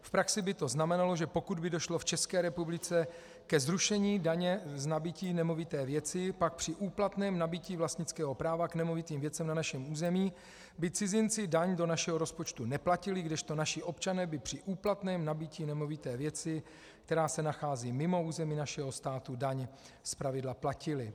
V praxi by to znamenalo, že pokud by došlo v České republice ke zrušení daně z nabytí nemovité věci, pak při úplatném nabytí vlastnického práva k nemovitým věcem na našem území by cizinci daň do našeho rozpočtu neplatili, kdežto naši občané by při úplatném nabytí nemovité věci, která se nachází mimo území našeho státu, daň zpravidla platili.